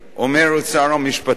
אומר שר המשפטים,